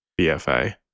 BFA